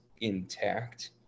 intact